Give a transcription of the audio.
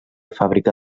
fàbrica